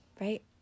Right